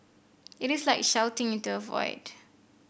it is like shouting into a void